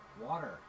Water